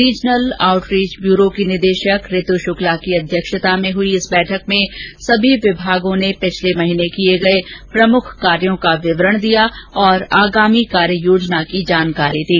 regional outreach bureau की निदेशक ऋतु शुक्ला की अध्यक्षता में आयोजित बैठक में सभी विभागों ने पिछले माह किये प्रमुख कार्यों का विवरण दिया तथा आगामी कार्ययोजना की जानकारी दी